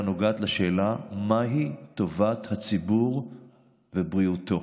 אלא נוגעת לשאלה מהי טובת הציבור ובריאותו.